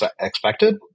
expected